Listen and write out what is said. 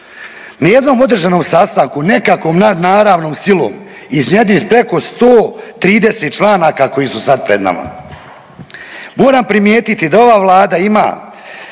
jednom održanom sastanku nekakvom nad naravnom silom iznjedriti preko 130 članaka koji su sad pred nama. Moram primijetiti da ova Vlada ima